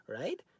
right